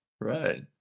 Right